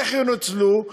איך ינוצלו?